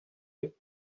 you